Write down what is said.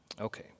Okay